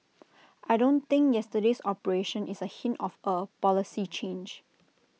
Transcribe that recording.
I don't think yesterday's operation is A hint of A policy change